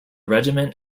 regiment